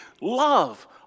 love